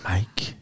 Mike